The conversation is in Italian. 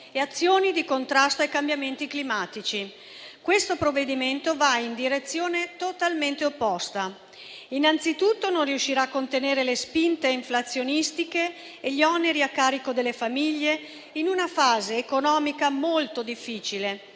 e azioni di contrasto ai cambiamenti climatici. Questo provvedimento va in direzione totalmente opposta. Innanzitutto, non riuscirà a contenere le spinte inflazionistiche e gli oneri a carico delle famiglie in una fase economica molto difficile.